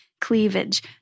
cleavage